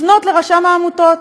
לפנות לרשם העמותות.